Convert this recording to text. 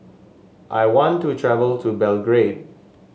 I want to travel to Belgrade